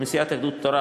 מסיעת יהדות התורה,